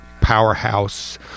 Powerhouse